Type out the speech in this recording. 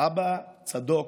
אבא צדוק,